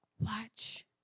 Watch